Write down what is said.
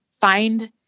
find